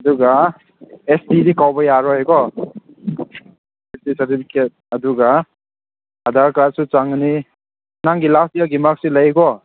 ꯑꯗꯨꯒ ꯑꯦꯁ ꯇꯤꯗꯤ ꯀꯥꯎꯕ ꯌꯥꯔꯣꯏꯀꯣ ꯑꯦꯁ ꯇꯤ ꯁꯥꯔꯇꯤꯐꯤꯀꯦꯠ ꯑꯗꯨꯒ ꯑꯗꯥꯔꯀꯥꯠꯁꯨ ꯆꯪꯒꯅꯤ ꯅꯪꯒꯤ ꯂꯥꯁ ꯗꯦꯒꯤ ꯃꯥꯛꯁꯤꯠ ꯂꯩꯀꯣ